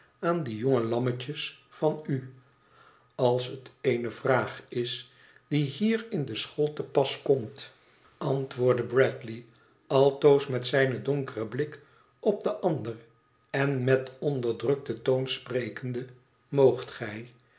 aan die jonge lammetjes van u als het eene vraag is die hier in de school te pas komt antwoordde bradley altoos met zijn donkeren blik op den ander en met onderdruk ten toon sprekende moogt gij